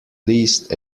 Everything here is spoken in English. least